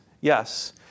yes